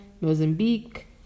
Mozambique